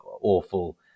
awful